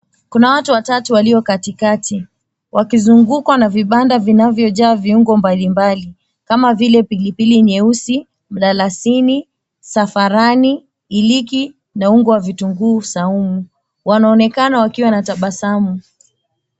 Kuna watu watatu walio katikati, wakizungukwa na vibanda vinavyojaa viungo mbalimbali kama vile pilipili nyeusi, mdalasini, safarani, iliki na ungo wa vitunguu saumu. Wanaonekana wakiwa na tabasamu.